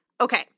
Okay